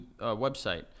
website